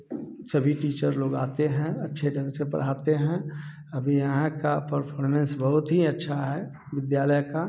सभी टीचर लोग आते हैं अच्छे ढ़ंग से पढ़ाते हैं अभी यहाँ का परफॉरमेंस बहुत हीं अच्छा है विद्यालय का